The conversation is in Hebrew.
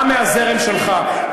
בא מהזרם שלך,